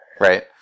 Right